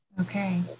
Okay